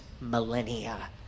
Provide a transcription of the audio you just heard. millennia